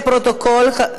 לפרוטוקול,